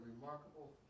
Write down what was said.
remarkable